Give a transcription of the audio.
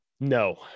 No